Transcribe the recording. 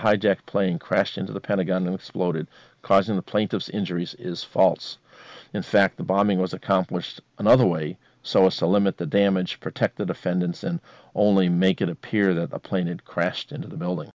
hijacked plane crashed into the pentagon and exploded causing the plaintiff's injuries is false in fact the bombing was accomplished another way so as to limit the damage protect the defendants and only make it appear that a plane had crashed into the building